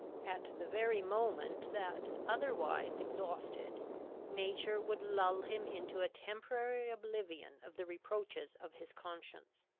at the very moment that, otherwise, exhausted nature would lull him into a temporary oblivion of the reproaches of his conscience.